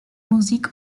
musik